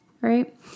right